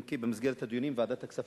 אם כי במסגרת הדיונים בוועדת הכספים,